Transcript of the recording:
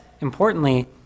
importantly